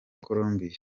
colombia